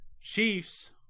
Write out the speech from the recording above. Chiefs